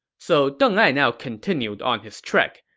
so deng ai now continued on his trek.